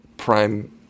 prime